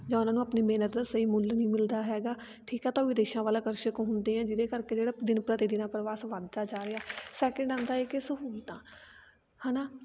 ਜਾਂ ਉਹਨਾਂ ਨੂੰ ਆਪਣੀ ਮਿਹਨਤ ਦਾ ਸਹੀ ਮੁੱਲ ਨਹੀਂ ਮਿਲਦਾ ਹੈਗਾ ਠੀਕ ਹੈ ਤਾਂ ਉਹ ਵਿਦੇਸ਼ਾਂ ਵੱਲ ਅਕਰਸ਼ਕ ਹੁੰਦੇ ਆ ਜਿਹਦੇ ਕਰਕੇ ਜਿਹੜਾ ਦਿਨ ਪ੍ਰਤੀ ਦਿਨ ਆ ਪ੍ਰਵਾਸ ਵੱਧਦਾ ਜਾ ਰਿਹਾ ਸੈਕਿੰਡ ਆਉਂਦਾ ਹੈ ਕਿ ਸਹੂਲਤਾਂ ਹੈ ਨਾ